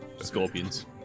scorpions